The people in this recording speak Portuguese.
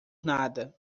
nada